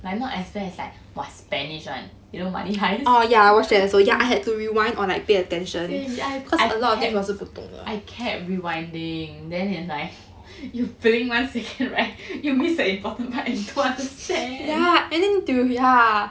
not as bad as like !wah! spanish [one] you know money heist same I kept I kept rewinding then it's like you blink one second right you miss the important part you don't understand